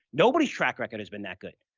nobody's track record has been that good,